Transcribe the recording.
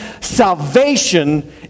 salvation